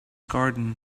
garden